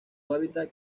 hábitat